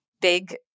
big